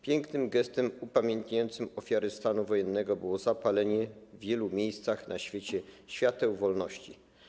Pięknym gestem upamiętniającym ofiary stanu wojennego było zapalenie w wielu miejscach na świecie świateł wolności.